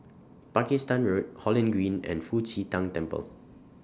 Pakistan Road Holland Green and Fu Xi Tang Temple